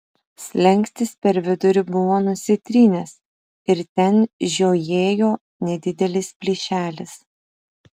slenkstis per vidurį buvo nusitrynęs ir ten žiojėjo nedidelis plyšelis